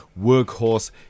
workhorse